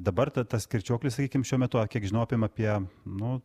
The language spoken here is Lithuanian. dabar tai tas kirčiuoklis sakykim šiuo metu kiek žinau apie nu